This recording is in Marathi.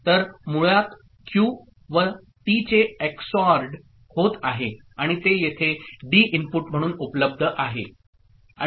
तर मुळात क्यू व टी चे XORड होत आहे आणि ते येथे डी इनपुट म्हणून उपलब्ध आहे